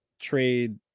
Trade